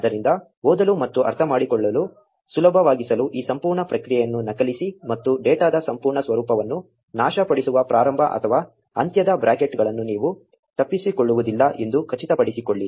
ಆದ್ದರಿಂದ ಓದಲು ಮತ್ತು ಅರ್ಥಮಾಡಿಕೊಳ್ಳಲು ಸುಲಭವಾಗಿಸಲು ಈ ಸಂಪೂರ್ಣ ಪ್ರತಿಕ್ರಿಯೆಯನ್ನು ನಕಲಿಸಿ ಮತ್ತು ಡೇಟಾದ ಸಂಪೂರ್ಣ ಸ್ವರೂಪವನ್ನು ನಾಶಪಡಿಸುವ ಪ್ರಾರಂಭ ಅಥವಾ ಅಂತ್ಯದ ಬ್ರಾಕೆಟ್ಗಳನ್ನು ನೀವು ತಪ್ಪಿಸಿಕೊಳ್ಳುವುದಿಲ್ಲ ಎಂದು ಖಚಿತಪಡಿಸಿಕೊಳ್ಳಿ